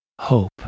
hope